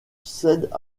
cèdent